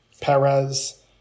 Perez